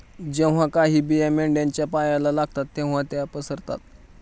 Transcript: जेव्हा काही बिया मेंढ्यांच्या पायाला लागतात तेव्हा त्या पसरतात